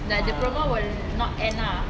ah